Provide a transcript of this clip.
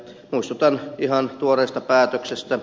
muistutan ihan tuoreesta päätöksestä